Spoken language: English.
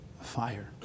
fire